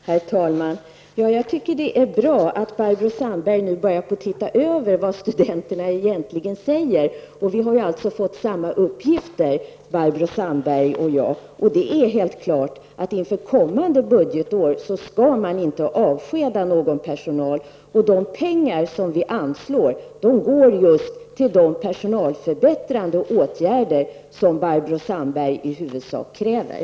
Herr talman! Det är bra att Barbro Sandberg nu börjar ge akt på vad studenterna egentligen säger. Barbro Sandberg och jag har alltså fått samma uppgifter. Det är klart att man inför kommande budgetår inte skall avskeda någon personal. De pengar som vi vill anslå är i huvudsak avsedda just för de personalförbättrande åtgärder som Barbro Sandberg kräver.